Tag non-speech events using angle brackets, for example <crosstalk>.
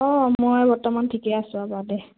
অঁ মই বৰ্তমান ঠিকে আছোঁ <unintelligible> দেই